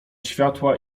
światła